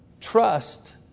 trust